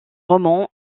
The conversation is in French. romans